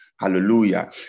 Hallelujah